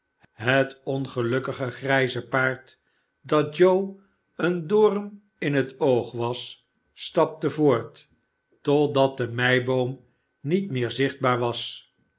het ongelukkige grijze paard dat joe een doom in het oog was stapte voort totdat de meiboom niet meer zichtbaar was